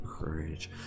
courage